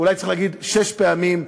אולי צריך להגיד שש פעמים,